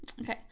Okay